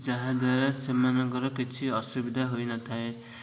ଯାହାଦ୍ୱାରା ସେମାନଙ୍କର କିଛି ଅସୁବିଧା ହୋଇନଥାଏ